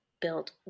built